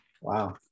Wow